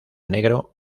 negro